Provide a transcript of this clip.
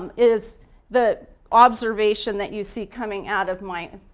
um is the observation that you see coming out of my